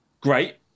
great